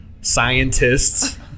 scientists